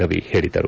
ರವಿ ಹೇಳಿದರು